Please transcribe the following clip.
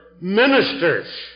ministers